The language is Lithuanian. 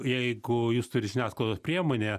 jeigu jūs turit žiniasklaidos priemonę